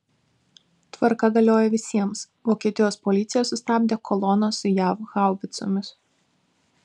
tvarka galioja visiems vokietijos policija sustabdė koloną su jav haubicomis